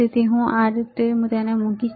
તેથી હું તેને આ રીતે મૂકીશ